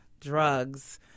drugs